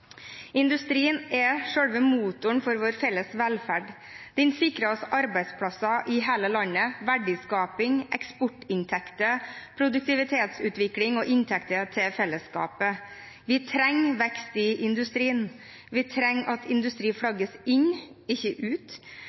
Industrien er selve motoren for vår felles velferd. Den sikrer oss arbeidsplasser i hele landet, verdiskaping, eksportinntekter, produktivitetsutvikling og inntekter til fellesskapet. Vi trenger vekst i industrien. Vi trenger at industri flagges inn – ikke ut.